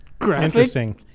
interesting